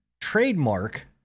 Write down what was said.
trademark